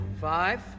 five